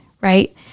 right